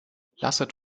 lasset